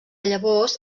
llavors